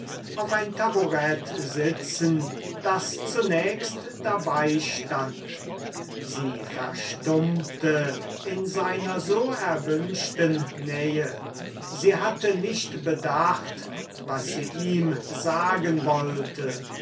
auf ein taburett sitzen das zunächst dabei stand sie verstummte in seiner so erwünschten nähe sie hatte nicht bedacht was sie ihm sagen wollte